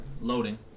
loading